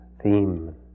theme